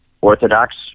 orthodox